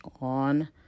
on